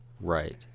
right